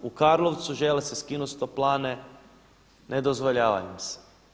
U Karlovcu žele se skinut sa toplane, ne dozvoljava im se.